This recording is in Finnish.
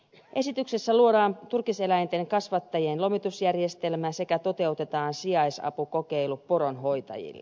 esityksessä luodaan turkiseläinten kasvattajien lomitusjärjestelmä sekä toteutetaan sijaisapukokeilu poronhoitajille